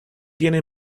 tiene